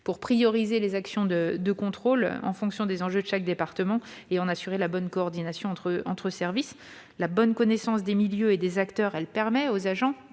hiérarchiser les actions de contrôle en fonction des enjeux propres à chaque département et d'assurer la bonne coordination entre services. La bonne connaissance des milieux et des acteurs permet aux agents